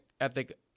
ethic